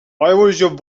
révolution